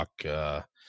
talk